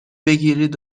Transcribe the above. بگیرید